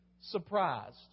surprised